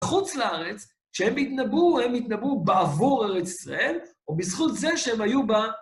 חוץ לארץ, שהם התנבאו, הם התנבאו בעבור ארץ ישראל, ובזכות זה שהם היו ב...